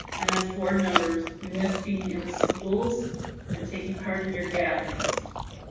and as board members, we miss being in schools and taking part in your gatherings.